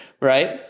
right